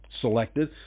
Selected